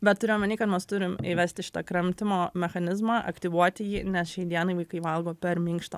bet turiu omeny kad mes turim įvesti šitą kramtymo mechanizmą aktyvuoti jį nes šiai dienai vaikai valgo per minkštą